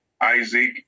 Isaac